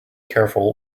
careful